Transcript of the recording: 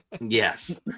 yes